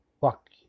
fuck